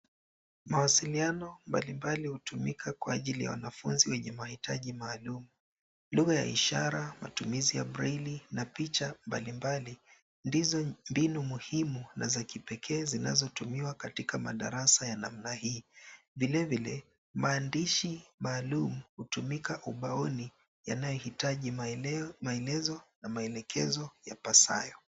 Mawasiliano mbali mbali hutumika kwa ajili ya wanafunzi wenye mahitaji maalum, lugha ya ishara matumizi ya Braille na picha mbali mbali ndizo mbinu muhimu na za kipekee zinazotumiwa katika madarasa ya namna hii. Vile vile maandishi maalum hutumika ubaoni yanayohitaji maelezo na maelekezo yapasayo.